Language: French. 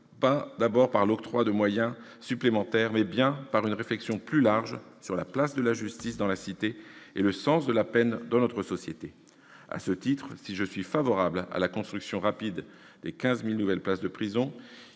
pas d'abord par l'octroi de moyens supplémentaires, mais bien par une réflexion plus large sur la place de la justice dans la cité et le sens de la peine dans notre société. À ce titre, si je suis favorable à la construction rapide de 15 000 nouvelles places de prison,